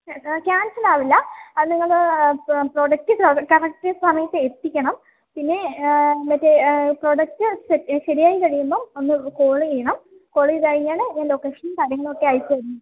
cancel ആവില്ല അത് നിങ്ങൾ പ്രോഡക്റ്റ് കറക്റ്റ് സമയത്ത് എത്തിക്കണം പിന്നെ മറ്റേ പ്രോഡക്റ്റ് സെറ്റ് ശരിയായി കഴിയുമ്പോൾ ഒന്ന് കോള് ചെയ്യണം കോള് ചെയ്ത് കഴിഞ്ഞാൽ ഞാൻ ലൊക്കേഷനും കാര്യങ്ങളുമൊക്കെ അയച്ച് തരാം